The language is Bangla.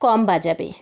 কম বাজাবে